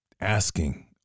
asking